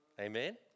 Amen